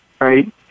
right